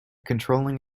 controlling